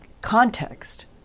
context